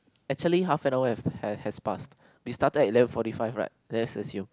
actually half an hour have has has passed we started at eleven forty five right let's assume